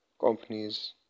companies